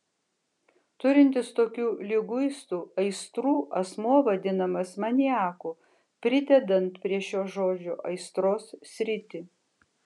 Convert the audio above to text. turintis tokių liguistų aistrų asmuo vadinamas maniaku pridedant prie šio žodžio aistros sritį